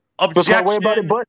Objection